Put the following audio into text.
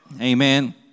Amen